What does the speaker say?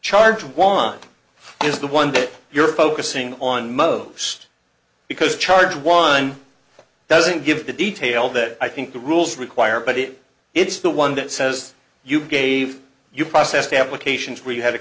charge want is the one that you're focusing on most because charge one doesn't give the detail that i think the rules require but it it's the one that says you gave you processed applications where you had a